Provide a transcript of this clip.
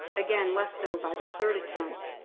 again, less so by the third attempt.